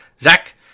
Zach